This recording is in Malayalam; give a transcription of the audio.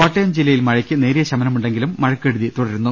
കോട്ടയം ജില്ലയിൽ മഴക്ക് നേരിയ ശമനമുണ്ടെങ്കിലും മഴക്കെടുതി തുടരുന്നു